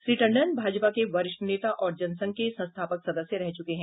श्री टंडन भाजपा के वरिष्ठ नेता और जनसंघ के संस्थापक सदस्य रह चुके हैं